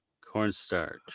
Cornstarch